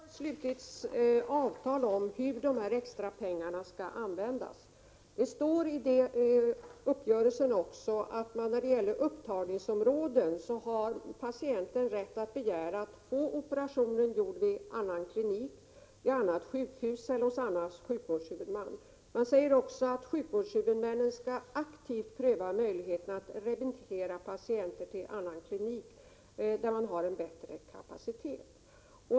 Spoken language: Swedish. Herr talman! Avtal har slutits om hur dessa extra pengar skall användas. Det står också i uppgörelsen att när det gäller upptagningsområden har patienten rätt att begära att få operationen utförd vid annan klinik, vid annat sjukhus eller hos annan sjukvårdshuvudman. Avtalet säger vidare att sjukvårdshuvudmännen aktivt skall pröva möjligheterna att remittera patienten till annan klinik där kapaciteten är större.